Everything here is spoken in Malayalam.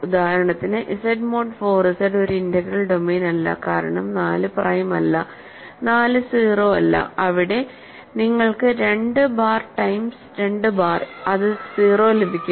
ഉദാഹരണത്തിന് Z മോഡ് 4 Z ഒരു ഇന്റഗ്രൽ ഡൊമെയ്ൻ അല്ല കാരണം 4 പ്രൈം അല്ല 4 0 അല്ല അവിടെ നിങ്ങൾക്ക് 2 ബാർ ടൈംസ് 2 ബാർഅത് 0 ലഭിക്കും